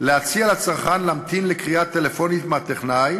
להציע לצרכן להמתין לקריאה טלפונית מהטכנאי